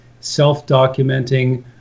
self-documenting